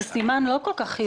זה סימן לא כל כך חיובי,